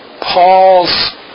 Paul's